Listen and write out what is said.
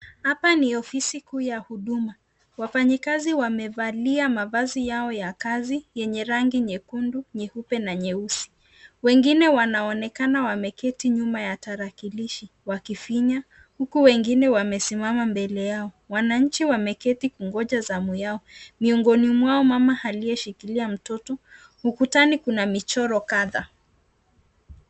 Hapa ni ofisi kuu ya huduma, wafanyikazi wamevalia mavazi zao za kazi zenye rangi nyekundu, nyeupe na nyeusi. Wengine wanaonekana wamesimama nyuma ya tarakilishi wakifinya huku wengine wamesimama mbele yao. Wananchi wameketi wanangoja zamu yao miongoni mwao kuna mama ameshika mtoto. Ukutani kuna michoro kadhaa.